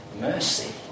Mercy